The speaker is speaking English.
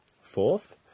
Fourth